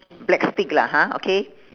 black stick lah ha okay